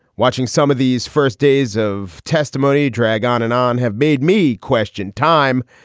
watching some of these first days of testimony drag on and on have made me question time.